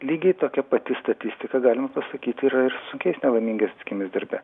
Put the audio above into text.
lygiai tokia pati statistika galima pasakyti yra ir su sunkiais nelaimingais atsitikimais darbe